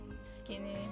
skinny